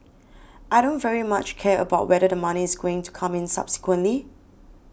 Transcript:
I don't very much care about whether the money is going to come in subsequently